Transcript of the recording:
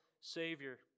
Savior